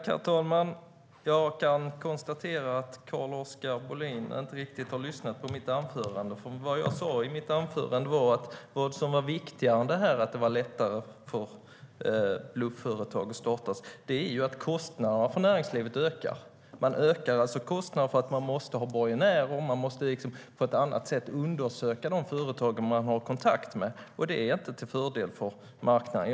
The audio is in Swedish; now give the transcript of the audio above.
Herr talman! Jag kan konstatera att Carl-Oskar Bohlin inte riktigt har lyssnat på mitt anförande. Det som jag sa i mitt anförande var att vad som är viktigare än att det är lättare för blufföretag att startas är att kostnaderna för näringslivet ökar. Man ökar alltså kostnaderna för att företagarna måste ha borgenärer och för att de på ett annat sätt måste undersöka de företag som de har kontakt med. Det är inte till fördel för marknaden.